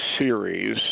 series